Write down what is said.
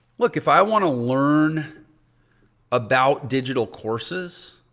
look, if i want to learn about digital courses